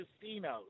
casinos